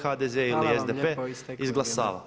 HDZ ili SDP, izglasava.